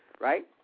right